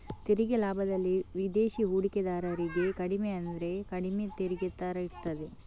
ತೆರಿಗೆ ಲಾಭದಲ್ಲಿ ವಿದೇಶಿ ಹೂಡಿಕೆದಾರರಿಗೆ ಕಡಿಮೆ ಅಂದ್ರೆ ಕಡಿಮೆ ತೆರಿಗೆ ದರ ಇರ್ತದೆ